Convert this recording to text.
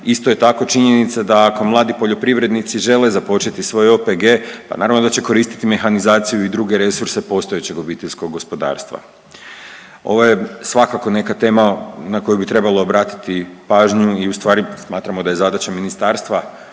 isto je tako činjenica da ako mladi poljoprivrednici žele započeti svoj OPG, pa naravno da će koristiti mehanizaciju i druge resurse postojećeg obiteljskog gospodarstva. Ovo je svakako neka tema na koju bi trebalo obratiti pažnju i ustvari smatramo da je zadaća Ministarstva